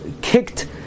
kicked